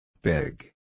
Big